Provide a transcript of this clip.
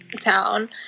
town